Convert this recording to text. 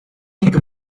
big